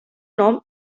nom